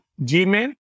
Gmail